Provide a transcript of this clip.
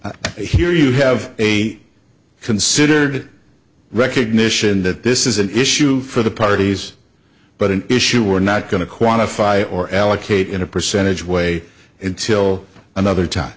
here you have a considered recognition that this is an issue for the parties but an issue we're not going to quantify or allocate in a percentage way until another time